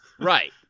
Right